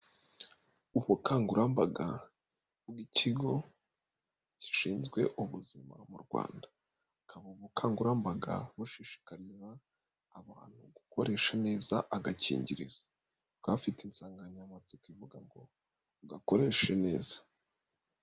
Ubukangurambaga bw'ikigo gishinzwe ubuzima mu Rwanda, akaba ubu bukangurambaga bushishikariza abantu gukoresha neza agakingirizo, bakaba bafite insanganyamatsiko ivuga ngo ugakoreshe neza.